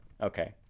Okay